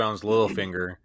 Littlefinger